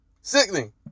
Sickening